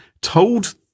told